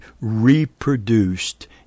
reproduced